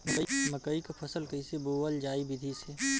मकई क फसल कईसे बोवल जाई विधि से?